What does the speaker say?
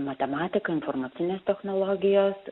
matematika informacinės technologijos